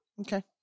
Okay